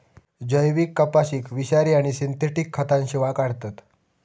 जैविक कपाशीक विषारी आणि सिंथेटिक खतांशिवाय काढतत